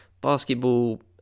Basketball